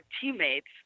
teammates